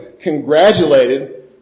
congratulated